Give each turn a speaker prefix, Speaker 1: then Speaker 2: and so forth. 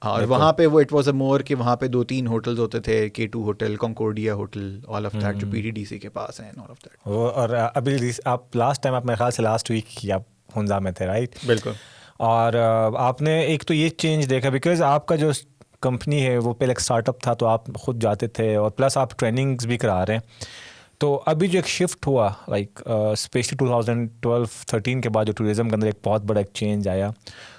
Speaker 1: اور
Speaker 2: بالکل۔
Speaker 1: وہاں پہ وہ- it was a more کہ وہاں پہ دو تین ہوٹلز ہوتے تھے، K2 hotel, Concordia hotel, all of that جو
Speaker 2: ہوں۔
Speaker 1: PDDC کے پاس ہیں and all of that۔
Speaker 2: وہ- اور ابھی ریس- آپ- last time آپ میرے خیال سے last week ہی آپ ہنزا میں تھے، right؟
Speaker 1: بالکل۔
Speaker 2: اور آپ نے ایک تو یہ change دیکھا because آپ کا جو s- کمپنی ہے وہ پہلے ایک startup تھا تو آپ خود جاتے تھے اور plus آپ trainings بھی کرا رہے ہیں۔ تو ابھی جو ایک shift ہوا، like، آ، especially 2012-13 کے بعد جو tourism کے اندر ایک بہت بڑا ایک change آیا۔